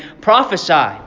Prophesy